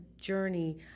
journey